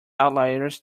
outliers